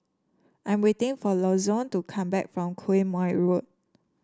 I am waiting for Lonzo to come back from Quemoy Road